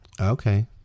Okay